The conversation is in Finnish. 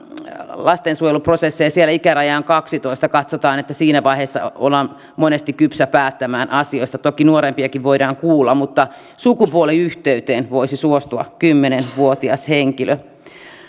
lastensuojeluprosessia siellä ikäraja on kaksitoista katsotaan että siinä vaiheessa on monesti kypsä päättämään asioista toki nuorempiakin voidaan kuulla mutta sukupuoliyhteyteen voisi suostua kymmenen vuotias henkilö